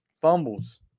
fumbles